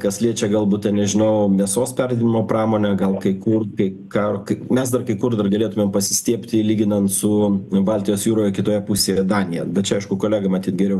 kas liečia galbūt ten nežinau mėsos perdirbimo pramonę gal kai kur kai ką kai mes dar kai kur dar galėtumėm pasistiebti lyginant su baltijos jūroje kitoje pusėje danija bet aišku kolega matyt geriau